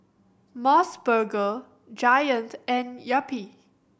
Mos Burger Giant and Yupi